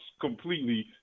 completely